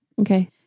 okay